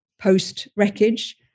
post-wreckage